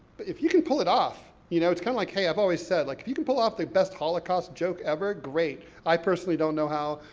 if you can pull it off, you know, it's kind of like, hey, i've always said like, if you can pull off the best holocaust joke ever, great. i personally don't know how,